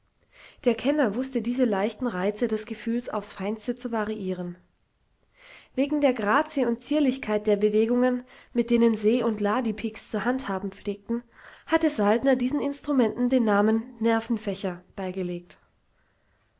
der kenner wußte diese leichten reize des gefühls aufs feinste zu variieren wegen der grazie und zierlichkeit der bewegungen mit denen se und la die piks zu handhaben pflegten hatte saltner diesen instrumenten den namen nervenfächer beigelegt